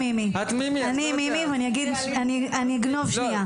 אני מימי ואני אגנוב שנייה.